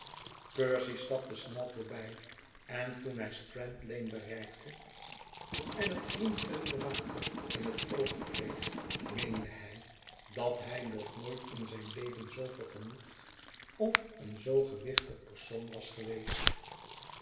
percy stapte snel voorbij en toen hij s t r a n dlane bereikte en het glinsterende water in het oog kreeg meende hij dat hij nog nooit in zijn leven zoo vergenoegd of een zoo gewichtig persoon was geweest